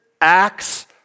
Acts